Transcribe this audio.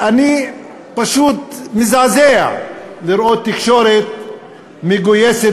אני פשוט מזדעזע לראות תקשורת מגויסת